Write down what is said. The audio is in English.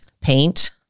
paint